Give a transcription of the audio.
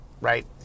right